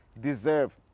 deserve